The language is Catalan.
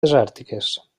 desèrtiques